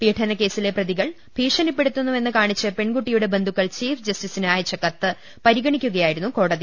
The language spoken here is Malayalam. പീഡനക്കേസിലെ പ്രതികൾ ഭീഷണിപ്പെടുത്തുന്നു വെനന് കാണിച്ച് പെൺകുട്ടിയുടെ ബ്ന്ധുക്ക്ൾ ചീഫ് ജസ്റ്റിസിന് അയച്ച കത്ത് പരിഗണിക്കുകയായിരുന്നു കോടതി